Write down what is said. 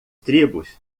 tribos